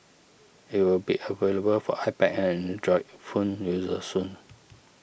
it will be available for iPad and Android phone users soon